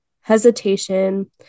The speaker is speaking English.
hesitation